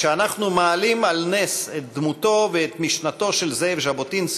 כשאנחנו מעלים על נס את דמותו ואת משנתו של זאב ז'בוטינסקי,